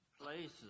places